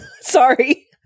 Sorry